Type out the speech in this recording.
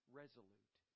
resolute